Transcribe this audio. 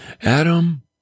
Adam